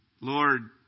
Lord